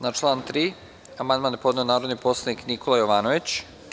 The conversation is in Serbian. Na član 3. amandman je podneo narodni poslanik Nikola Jovanović.